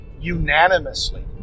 unanimously